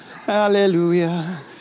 Hallelujah